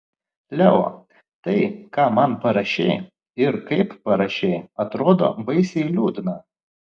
leo tai ką man parašei ir kaip parašei atrodo baisiai liūdna